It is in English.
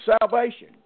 salvation